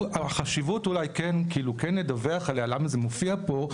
החשיבות אולי כן לדווח עליה, למה זה מופיע פה.